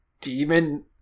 demon